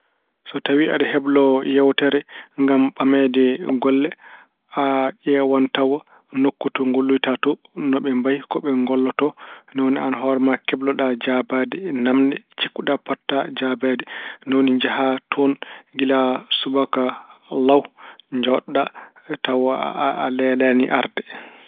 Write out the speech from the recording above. So tawi aɗa heblo yeewtere ngam ɓameede golle, a ƴeewan tawan nokku to ngolloyta to, no ɓe mbayi, ko ɓe ngolloto. Ni woni aan hoore ma kebloɗa jaabaade naamne cikkuɗa potata jaabaade. Ni woni njaha toon gila subaka law, njooɗoɗa tawa a leelaani arde.